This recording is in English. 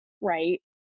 right